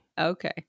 Okay